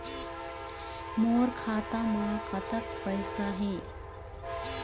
मोर खाता म कतक पैसा हे?